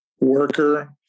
worker